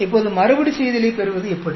இப்போது மறுபடிசெய்தலை பெறுவது எப்படி